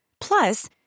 Plus